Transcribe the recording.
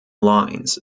lines